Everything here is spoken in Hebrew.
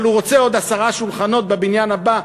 אבל הוא רוצה עשרה שולחנות בבניין הבא,